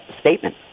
statement